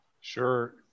Sure